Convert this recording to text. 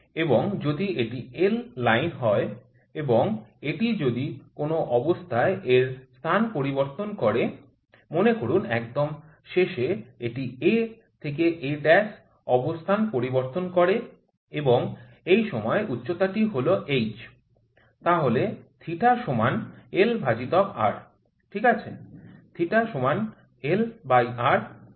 এবং যদি এটি l লাইন হয় এবং এটি যদি কোন অবস্থায় এর স্থান পরিবর্তন করে মনে করুন একদম শেষে এটি A থেকে A' অবস্থান পরিবর্তন করে এবং এই সময় উচ্চতা টি হল h তাহলে θ সমান l ভাজিতক R ঠিক আছে